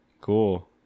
Cool